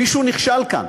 מישהו נכשל כאן.